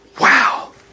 Wow